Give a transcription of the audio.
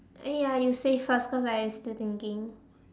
uh ya you say first cause I still thinking